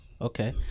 okay